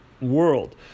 world